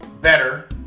better